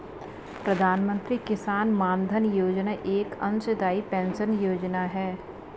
प्रधानमंत्री किसान मानधन योजना एक अंशदाई पेंशन योजना है